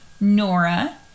Nora